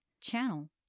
channel